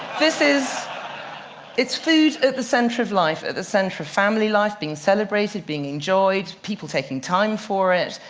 this is it's food at the center of life, at the center of family life, being celebrated, being enjoyed, people taking time for it.